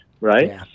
Right